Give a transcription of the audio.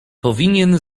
powinien